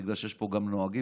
בגלל שיש פה גם נהגים,